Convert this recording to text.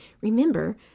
remember